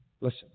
Listen